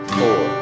four